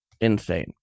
insane